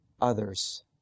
others